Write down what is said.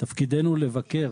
תפקידנו לבקר